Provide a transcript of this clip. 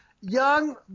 young